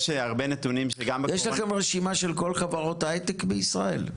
יש לכם רשימה של כל חברות ההייטק בישראל?